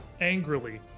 Angrily